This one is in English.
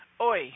Oi